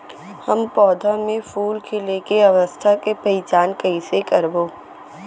हम पौधा मे फूल खिले के अवस्था के पहिचान कईसे करबो